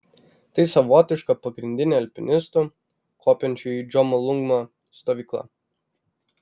tai savotiška pagrindinė alpinistų kopiančių į džomolungmą stovykla